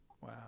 wow